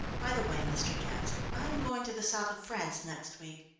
by the way, mr. jaggs, i am going to the south of france next week.